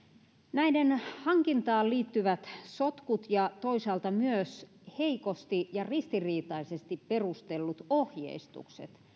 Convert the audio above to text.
näiden hankintaan liittyvät sotkut ja toisaalta myös heikosti ja ristiriitaisesti perustellut ohjeistukset